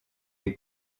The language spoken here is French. les